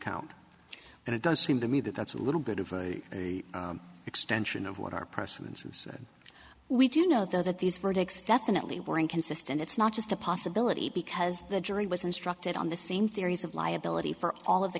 count and it does seem to me that that's a little bit of a extension of what our presidents who said we do know though that these verdicts definitely were inconsistent it's not just a possibility because the jury was instructed on the same theories of liability for all of the